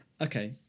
Okay